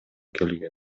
келген